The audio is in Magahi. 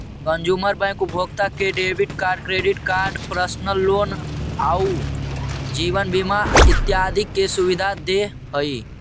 कंजूमर बैंक उपभोक्ता के debit card, credit card, personal loan आउ जीवन बीमा इत्यादि के सुविधा दे हइ